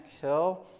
kill